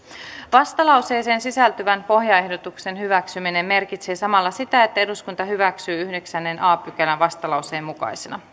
vastalauseeseen sisältyvän pohjaehdotuksen hyväksyminen merkitsee samalla sitä että eduskunta hyväksyy yhdeksännen a pykälän vastalauseen mukaisena